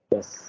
Yes